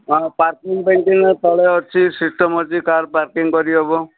ହଁ ପାର୍କିଂ ପାଇଁ ତଳେ ଅଛି ସିଷ୍ଟମ୍ ଅଛି କାର୍ ପାର୍କିଂ କରିହେବ